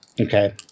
Okay